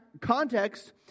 context